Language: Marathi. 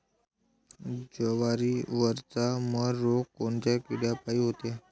जवारीवरचा मर रोग कोनच्या किड्यापायी होते?